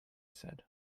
said